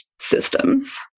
systems